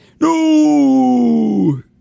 No